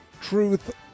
truth